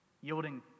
yielding